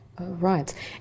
Right